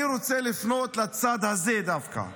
אני רוצה לפנות לצד הזה דווקא,